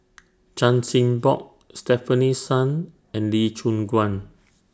Chan Chin Bock Stefanie Sun and Lee Choon Guan